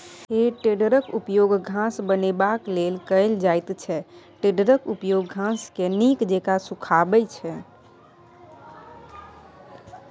हे टेडरक उपयोग घास बनेबाक लेल कएल जाइत छै टेडरक उपयोग घासकेँ नीक जेका सुखायब छै